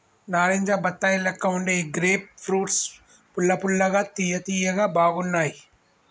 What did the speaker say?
నారింజ బత్తాయి లెక్క వుండే ఈ గ్రేప్ ఫ్రూట్స్ పుల్ల పుల్లగా తియ్య తియ్యగా బాగున్నాయ్